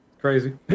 crazy